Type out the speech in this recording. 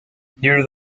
near